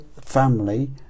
family